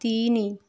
ତିନି